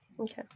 Okay